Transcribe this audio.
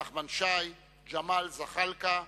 נחמן שי, ג'מאל זחאלקה,